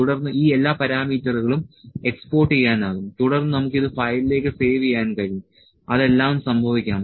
അതിനാൽ ഈ എല്ലാ പാരാമീറ്ററുകളും എക്സ്പോർട്ടുചെയ്യാനാകും തുടർന്ന് നമുക്ക് ഇത് ഫയലിലേക്ക് സേവ് ചെയ്യാൻ കഴിയും അതെല്ലാം സംഭവിക്കാം